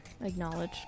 acknowledge